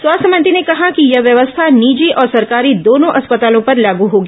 स्वास्थ्य मंत्री ने कहा कि यह व्यवस्था निजी और सरकारी दोनों अस्पतालों पर लागू होगी